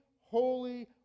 holy